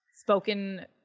spoken